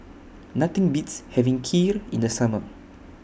Nothing Beats having Kheer in The Summer